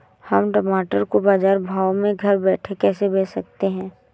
हम टमाटर को बाजार भाव में घर बैठे कैसे बेच सकते हैं?